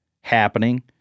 happening